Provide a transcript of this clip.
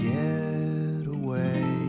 getaway